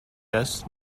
best